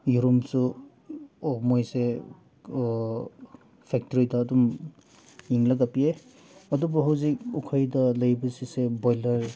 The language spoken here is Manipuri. ꯌꯦꯔꯨꯝꯁꯨ ꯑꯣ ꯃꯣꯏꯁꯦ ꯐꯦꯛꯇ꯭ꯔꯤꯗ ꯑꯗꯨꯝ ꯌꯦꯡꯂꯒ ꯄꯤ ꯑꯗꯨꯕꯨ ꯍꯧꯖꯤꯛ ꯑꯩꯈꯣꯏꯗ ꯂꯩꯕꯁꯤꯁꯦ ꯕꯣꯏꯂꯔ